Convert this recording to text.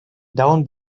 down